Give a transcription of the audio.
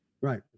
Right